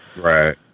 Right